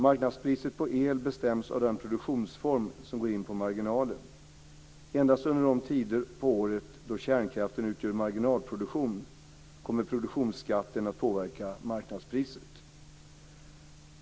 Marknadspriset på el bestäms av den produktionsform som går in på marginalen. Endast under de tider på året då kärnkraften utgör marginalproduktion kommer produktionsskatten att påverka marknadspriset.